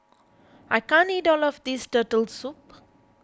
I can't eat all of this Turtle Soup